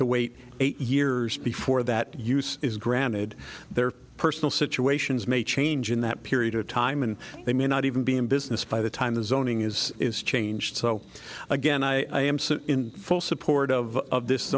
to wait eight years before that use is granted their personal situations may change in that period of time and they may not even be in business by the time the zoning is is changed so again i am in full support of this